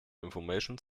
information